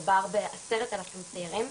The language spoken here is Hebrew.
מדובר בעשרת אלפים צעירים,